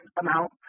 amount